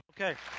Okay